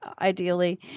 ideally